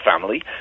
family